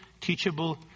teachable